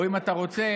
או אם אתה רוצה,